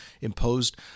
imposed